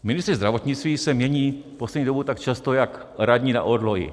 Ministři zdravotnictví se mění poslední dobou tak často jak radní na orloji.